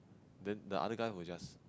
then the other guy who will just